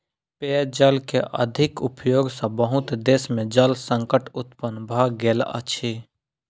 पेयजल के अधिक उपयोग सॅ बहुत देश में जल संकट उत्पन्न भ गेल अछि